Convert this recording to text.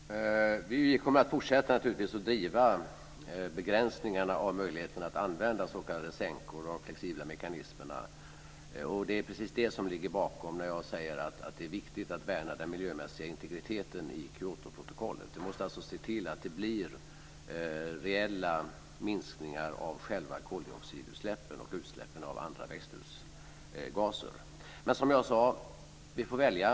Fru talman! Vi kommer naturligtvis att fortsätta att driva frågan om begränsningar av möjligheten att använda s.k. sänkor och de flexibla mekanismerna. Det är precis det som ligger bakom när jag säger att det är viktigt att värna den miljömässiga integriteten i Kyotoprotokollet. Vi måste alltså se till att det blir reella minskningar av själva koldioxidutsläppen och utsläppen av andra växthusgaser. Som jag sade får vi välja.